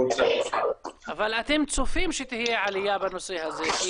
אבל אתם צופים שתהיה עלייה בנושא הזה.